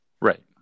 Right